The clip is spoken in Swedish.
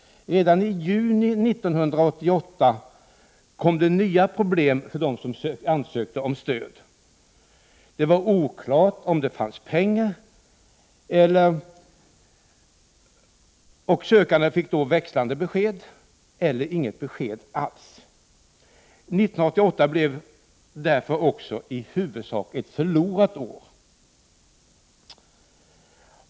Redan i juni 1988 tillkom nya problem för dem som ansökte om stöd. Det var oklart om det fanns pengar. De som ansökte om pengar fick växlande besked eller inget besked alls. 1988 blev därför i huvudsak ett förlorat år.